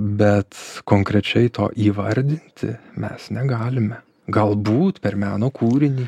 bet konkrečiai to įvardinti mes negalime galbūt per meno kūrinį